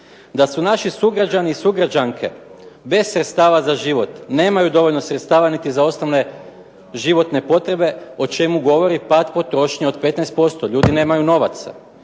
da su naši sugrađani i sugrađanke bez sredstava za život, nemaju dovoljno sredstava niti za osnovne životne potrebe o čemu govori pad potrošnje od 15%. Ljudi nemaju novaca.